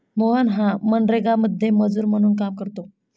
मोहन हा मनरेगामध्ये मजूर म्हणून काम करतो